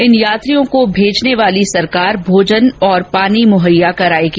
इन यात्रियों को भेजने वाली सरकार भोजन और पानी मुहैया कराएगी